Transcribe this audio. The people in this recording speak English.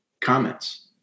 comments